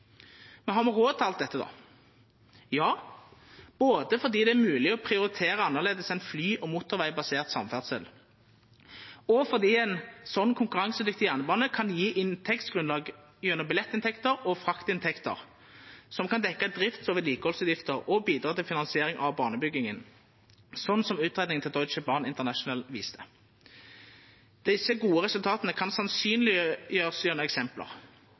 Men har me råd til alt dette? Ja, både fordi det er mogleg å prioritera annleis enn fly- og motorvegbasert samferdsel, og fordi ein sånn konkurransedyktig jernbane kan gje inntektsgrunnlag gjennom billettinntekter og fraktinntekter som kan dekkja drifts- og vedlikehaldsutgifter og bidra til finansiering av banebygginga, sånn som utgreiinga til Deutsche Bahn International viste. Desse gode resultata kan sannsynleggjerast gjennom eksempel.